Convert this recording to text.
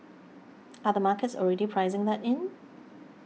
are the markets already pricing that in